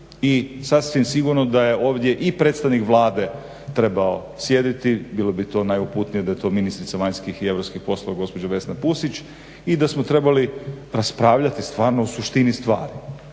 I sasvim sigurno da je ovdje i predstavnik Vlade trebao sjediti, bilo bi to najuputnije da je to ministrica vanjskih i europskih poslova gospođa Vesna Pusić i da smo trebali raspravljati stvarno o suštini stvari.